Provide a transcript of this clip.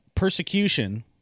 Persecution